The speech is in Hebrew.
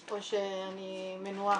או שאני מנועה?